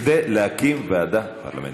כדי להקים ועדה פרלמנטרית.